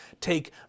Take